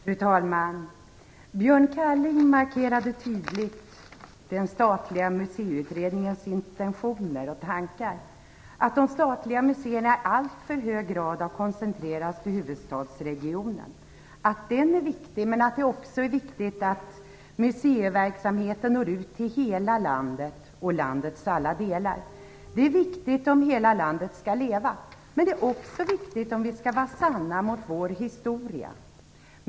Fru talman! Björn Kaaling markerade tydligt den statliga museiutredningens intentioner och tankar, att de statliga museerna i alltför hög grad har koncentrerats till huvudstadsregionen. Den är viktig, men det är också viktigt att museiverksamheten når ut till hela landets alla delar. Detta är viktigt om hela landet skall leva. Men det är också viktigt om vi skall vara sanna mot vår historia.